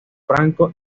franco